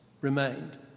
remained